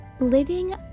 living